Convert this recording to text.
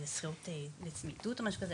לשכירות לצמיתות או משהו כזה,